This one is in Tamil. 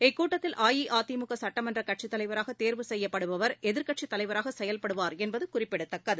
இக்கூட்டத்தில் அஇஅதிமுக சட்டமன்ற கட்சித் தலைவராக தேர்வு செய்யப்படுபவர் எதிர்கட்சித் தலைவராக செயல்படுவார் என்பது குறிப்பிடத்தக்கது